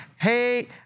Hey